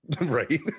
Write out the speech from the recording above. Right